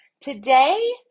Today